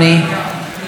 גברתי היושבת-ראש,